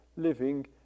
living